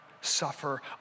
suffer